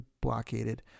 blockaded